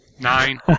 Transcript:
Nine